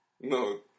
no